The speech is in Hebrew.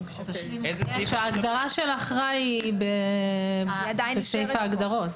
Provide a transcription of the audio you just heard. ההגדרה של אחראי היא עדיין בסעיף ההגדרות.